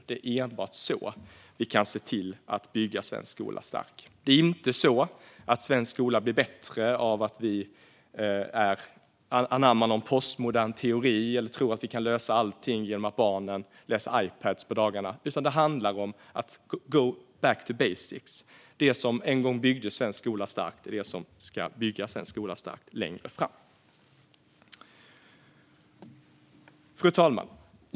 Det är enbart så vi kan se till att bygga svensk skola stark. Det är inte så att svensk skola blir bättre av att vi anammar någon postmodern teori eller tror att vi kan lösa allting genom att barnen använder Ipadar på dagarna. Det handlar i stället om att go back to basics. Det som en gång byggde svensk skola stark är det som ska bygga svensk skola stark längre fram. Fru talman!